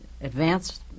advanced